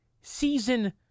season